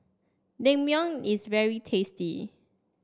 Naengmyeon is very tasty